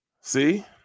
see